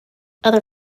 other